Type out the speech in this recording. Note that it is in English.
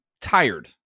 tired